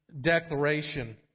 declaration